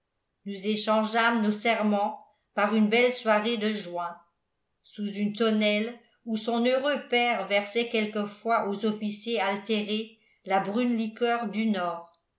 nous échangeâmes nos serments par une belle soirée de juin sous une tonnelle où son heureux père versait quelquefois aux officiers altérés la brune liqueur du nord